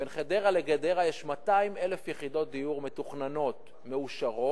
בין חדרה לגדרה יש 200,000 יחידות דיור מתוכננות מאושרות.